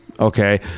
Okay